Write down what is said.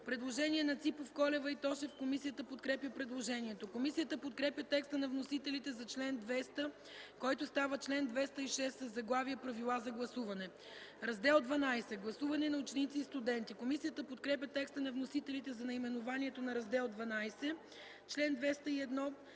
представители Ципов, Колева и Тошев. Комисията подкрепя предложението. Комисията подкрепя текста на вносителите за чл. 200, който става чл. 206 със заглавие „Правила за гласуване”. „Раздел ХІІ – Гласуване на ученици и студенти.” Комисията подкрепя текста на вносителите за наименованието на Раздел ХІІ. Член 201